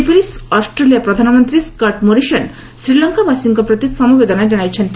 ସେହିପରି ଅଷ୍ଟ୍ରେଲିଆ ପ୍ରଧାନମନ୍ତ୍ରୀ Scott Morrison ଶ୍ରୀଲଙ୍କାବାସୀଙ୍କ ପ୍ରତି ସମବେଦନା ଜଣାଇଛନ୍ତି